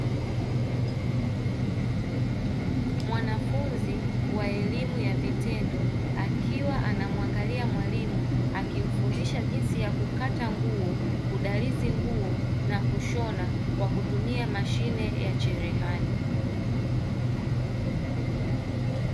Mwanafunzi wa elimu ya vitendo akiwa anamwangalia mwalimu akimfundisha jinsi ya kukata nguo, kudalizi nguo na kushona kwa kutumia mashine ya cherehani.